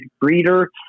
breeder